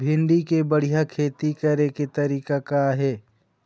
भिंडी के बढ़िया खेती करे के तरीका का हे?